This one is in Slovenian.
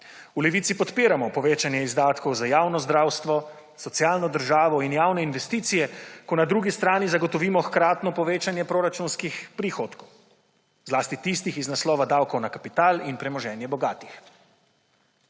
v Levici podpiramo povečanje izdatkov za javno zdravstvo, socialno državo in javne investicije, ko na drugi strani zagotovimo hkratno povečanje proračunskih prihodkov, zlasti tistih iz naslova davkov na kapital in premoženje bogatih.